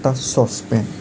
এটা চচপেন